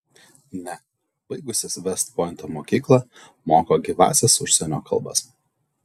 ne baigusis vest pointo mokyklą moka gyvąsias užsienio kalbas